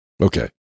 Okay